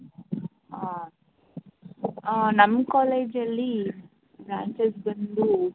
ಹಾಂ ನಮ್ಮ ಕಾಲೇಜಲ್ಲಿ ಬ್ರಾಂಚಸ್ ಬಂದು